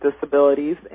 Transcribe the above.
disabilities